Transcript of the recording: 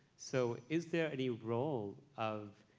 so is there any role of,